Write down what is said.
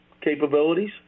capabilities